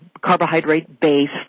carbohydrate-based